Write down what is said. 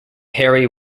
harry